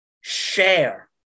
share